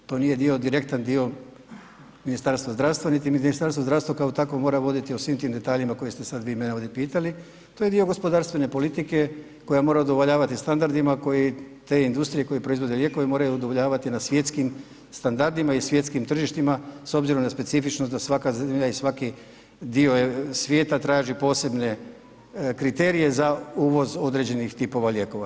To nije direktan dio Ministarstva zdravstva niti Ministarstvo zdravstva kao takvo mora voditi o svim tim detaljima koje ste sad vi mene ovdje pitali, to je dio gospodarstvene politike koja mora udovoljavati standardima koji te industrije koje proizvode lijekove moraju udovoljavati na svjetskim standardima i svjetskim tržištima s obzirom na specifičnost da svaka zemlja i svaki dio svijeta traži posebne kriterije za uvoz određenih tipova lijekova.